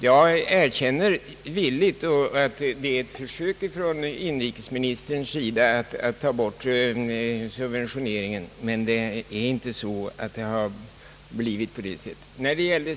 Jag erkänner villigt att förslaget är ett försök från inrikesministerns sida att ta bort subventioneringen, men detta blir i realiteten inte fallet.